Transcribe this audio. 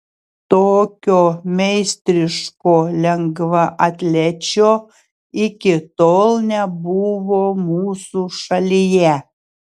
tokio meistriško lengvaatlečio iki tol nebuvo mūsų šalyje